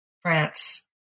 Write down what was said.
France